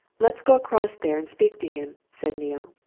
let's go across there and speak to him, said neale.